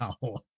wow